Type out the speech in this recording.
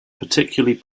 particularly